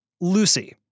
Lucy